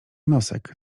nosek